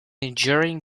enduring